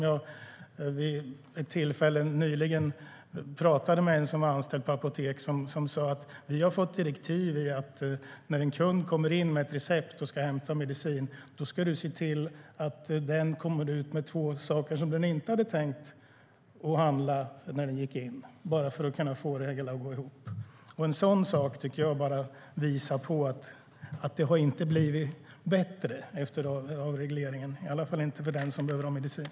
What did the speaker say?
Jag pratade nyligen med en anställd på ett apotek som sa: Vi har fått direktiv om att när en kund kommer in med ett recept och ska hämta ut medicin ska vi se till att kunden kommer ut med två saker som han eller hon inte hade tänkt handla, bara för att kunna få det hela att gå ihop. En sådan sak tycker jag visar på att det inte har blivit bättre efter avregleringen, i alla fall inte för den som behöver ha medicin.